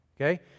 okay